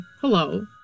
hello